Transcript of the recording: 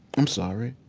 i'm sorry.